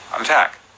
attack